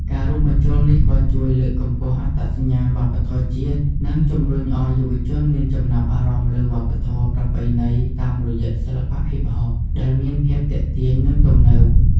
ការរួមបញ្ចូលនេះក៏ជួយលើកកម្ពស់អត្តសញ្ញាណវប្បធម៌ជាតិ និងជំរុញឲ្យយុវជនមានចំណាប់អារម្មណ៍លើវប្បធម៌ប្រពៃណីតាមរយៈសិល្បៈហ៊ីបហប ដែលមានភាពទាក់ទាញ និងទំនើប។